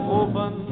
open